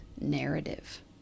narrative